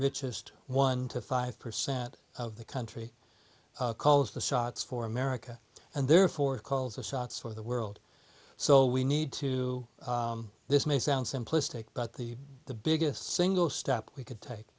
richest one to five percent of the country calls the shots for america and therefore calls the shots for the world so we need to this may sound simplistic but the the biggest single step we could take